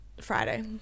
Friday